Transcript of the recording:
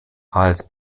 als